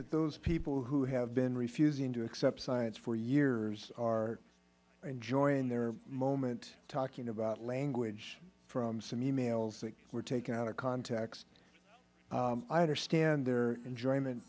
that those people who have been refusing to accept science for years are enjoying their moment talking about language from some e mails that were taken out of context i understand their enjoyment